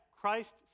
Christ